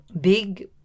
big